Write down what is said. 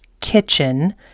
kitchen